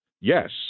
Yes